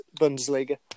Bundesliga